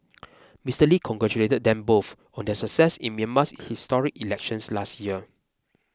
Mister Lee congratulated them both on their success in Myanmar's historic elections last year